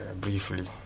briefly